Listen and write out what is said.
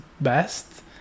best